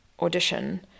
audition